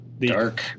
Dark